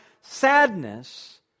sadness